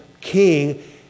King